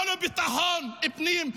לא לביטחון פנים,